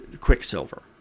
quicksilver